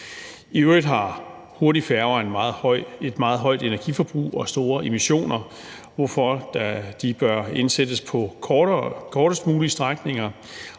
I øvrigt har hurtigfærger et meget højt energiforbrug og store emissioner, hvorfor de bør indsættes på kortest mulige strækninger,